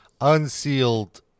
unsealed